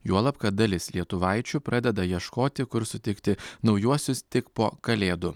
juolab kad dalis lietuvaičių pradeda ieškoti kur sutikti naujuosius tik po kalėdų